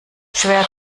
schwer